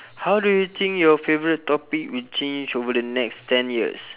how do you think your favourite topic will change over the next ten years